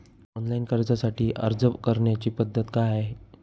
Online कर्जासाठी अर्ज करण्याची पद्धत काय आहे?